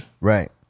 Right